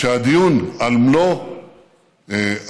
שהדיון על מלוא מרכיביו,